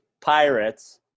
pirates